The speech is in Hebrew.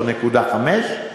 או 73.5,